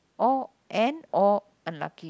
or and or unlucky